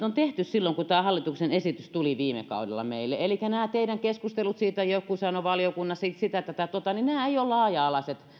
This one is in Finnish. on tehty silloin kun tämä hallituksen esitys tuli viime kaudella meille elikkä näihin teidän keskusteluihinne siitä että joku sanoi valiokunnassa sitä sitä tätä tota niin nämä eivät ole laaja alaiset